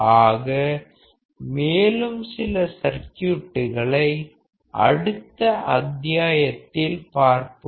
ஆக மேலும் சில சர்க்யூட்களை அடுத்த அத்தியாயத்தில் பார்ப்போம்